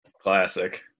Classic